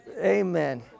Amen